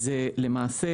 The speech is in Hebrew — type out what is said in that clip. זה למעשה